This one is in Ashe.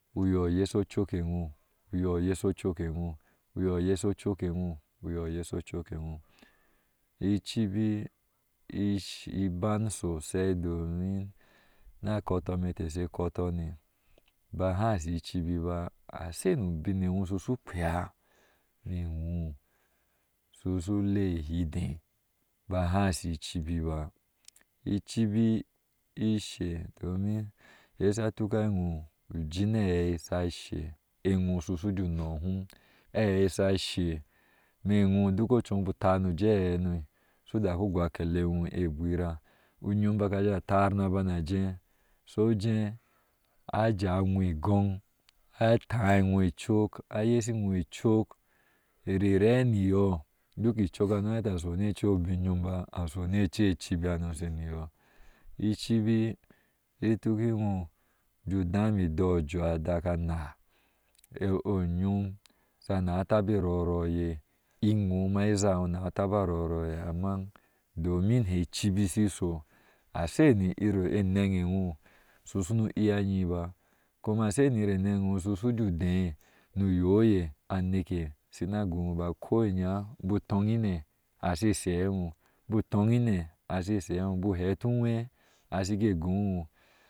Uyɔɔ ayesho ocok ewɔɔ, uyɔɔ a yessho ocok ke wɔɔ uyɔɔ yeshe ocok ewɔɔ wɔɔ uyɔɔ ayeho ocokewɔɔ, icibi ibaŋsosai domin na kotu tebshe koton ba ha shi cibiba usinawɔɔshi shukpea ni wɔɔ, shishu lea ihes dee ba, haa shi cibi ba icibi ishe domin iye sha tuka i wɔɔ u jin aɛi shashe ewɔɔshishio nɔɔ hom aɛi shashɛ ni ewɔɔ shu tar buje aɛi hano shudaku goo akele ewɔɔ agwira uyom aba tar na bsnajee ajewɔ igoŋ atáá i wɔɔ icok a yeshi iwoɔɔ icok rira niyɔɔ duk icok hakheta ashu ni ache bin yoon bani ece cibihano icibi ituk iwɔɔ ju dam i dɔɔ aju adaka ana oyom shanahe taba arɔɔ orɔɔye, amma domin here cibik shi sho iwɔɔ ma izawoɔɔ nahu taba a rɔɔ orɔɔye ashai iri anaŋ ewɔɔ shunu iya ayiŋ ba iri anə rwɔ shuje deeba uyeoye aneke, shina gooba ko inyaa butoŋ ine, ashe iwɔn bik tioŋ ine ashe shɛɛ bu toŋ ine ashe shee wɔɔ heti uwee ashige goo inwɔɔ.